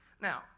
Now